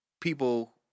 people